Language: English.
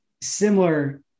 similar